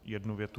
Jednu větu.